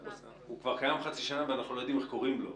הוא כבר קיים חצי שנה ואנחנו לא יודעים איך קוראים לו.